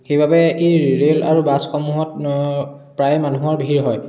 সেইবাবে এই ৰে'ল আৰু বাছসমূহত প্ৰায় মানুহৰ ভিৰ হয়